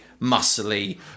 muscly